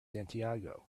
santiago